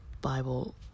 Bible